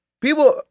People